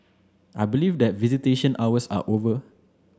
I believe that visitation hours are over